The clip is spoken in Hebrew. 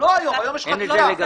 אנחנו היום מחזיקים ספר של 377 עמודים,